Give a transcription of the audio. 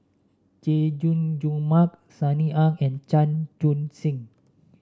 Chay Jung Jun Mark Sunny Ang and Chan Chun Sing